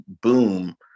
boom